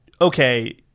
okay